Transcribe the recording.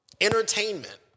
entertainment